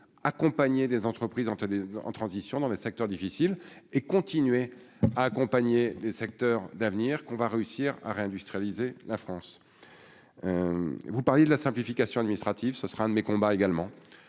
accompagné des entreprises en 3D en transition dans les secteurs difficiles et continuer à accompagner les secteurs d'avenir qu'on va réussir à réindustrialiser la France, vous parliez de la simplification administrative, ce sera un de mes combats également,